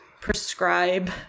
prescribe